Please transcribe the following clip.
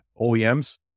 OEMs